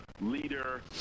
leader